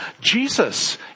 Jesus